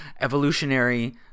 evolutionary